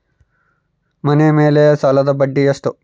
ಮನೆ ಮೇಲೆ ಸಾಲದ ಬಡ್ಡಿ ಎಷ್ಟು?